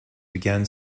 began